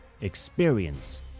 Experience